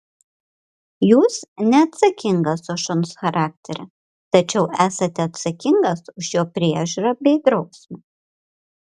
jūs neatsakingas už šuns charakterį tačiau esate atsakingas už jo priežiūrą bei drausmę